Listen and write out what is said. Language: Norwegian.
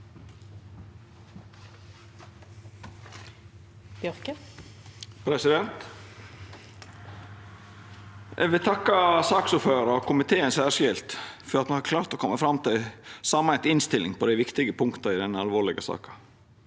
Eg vil takka saksord- føraren og komiteen særskilt for at me har klart å koma fram til ei sameint innstilling på dei viktige punkta i denne alvorlege saka.